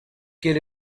quel